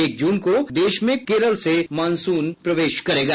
एक जून को देश में केरल से मॉनसून प्रवेश करेगा